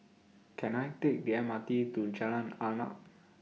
Can I Take The M R T to Jalan Arnap